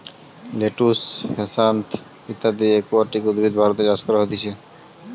lettuce, হ্যাসান্থ ইত্যদি aquatic উদ্ভিদ ভারতে চাষ করা হতিছে